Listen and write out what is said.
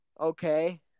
okay